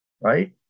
right